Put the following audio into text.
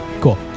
Cool